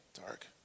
dark